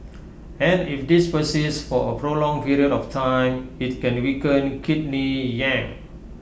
and if this persists for A prolonged period of time IT can weaken Kidney Yang